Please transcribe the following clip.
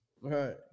Right